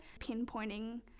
Pinpointing